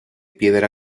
piedra